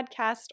podcast